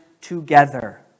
together